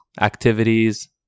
activities